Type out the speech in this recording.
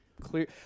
clear